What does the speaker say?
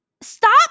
Stop